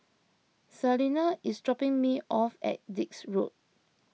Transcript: Salina is dropping me off at Dix Road